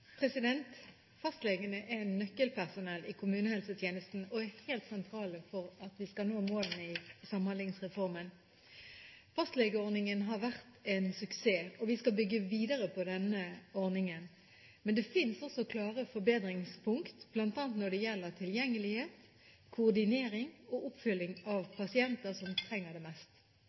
Fastlegene er nøkkelpersonell i kommunehelsetjenesten og er helt sentrale for at vi skal nå målene i Samhandlingsreformen. Fastlegeordningen har vært en suksess, og vi skal bygge videre på denne ordningen. Men det finnes klare forbedringspunkter – bl.a. når det gjelder tilgjengelighet, koordinering og oppfølging av pasienter som trenger det mest.